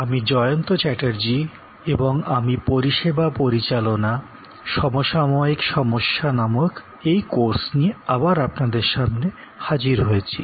আমি জয়ন্ত চ্যাটার্জি এবং আমি পরিষেবা পরিচালনা সমসাময়িক সমস্যা নামক এই কোর্স নিয়ে আবার আপনাদের সামনে হাজির হয়েছি